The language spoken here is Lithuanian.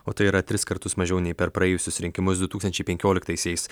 o tai yra tris kartus mažiau nei per praėjusius rinkimus du tūkstančiai penkioliktaisiais